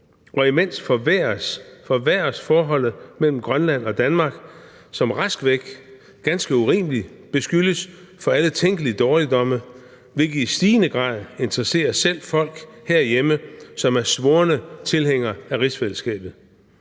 Og imens forværres forholdet mellem Grønland og Danmark, som rask væk ganske urimeligt beskyldes for alle tænkelige dårligdomme, hvilket i stigende grad interesserer selv folk herhjemme, som er svorne tilhængere af rigsfællesskabet.